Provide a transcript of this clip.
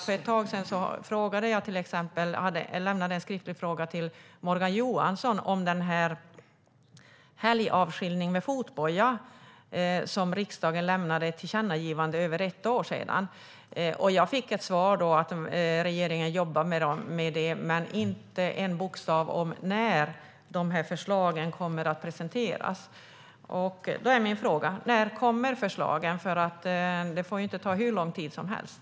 För ett tag sedan ställde jag en skriftlig fråga till Morgan Johansson om helgavskiljning med fotboja, som riksdagen gjorde ett tillkännagivande om för över ett år sedan. Jag fick då svaret att regeringen jobbar med detta. Men det sas ingenting om när dessa förslag kommer att presenteras. Min fråga är: När kommer förslagen? Det får inte ta hur lång tid som helst.